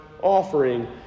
offering